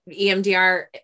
EMDR